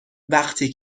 وقتی